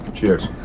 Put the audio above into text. Cheers